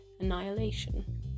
annihilation